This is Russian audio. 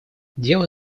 дело